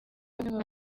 bamwe